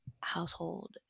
household